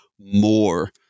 more